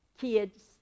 kids